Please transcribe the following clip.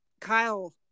Kyle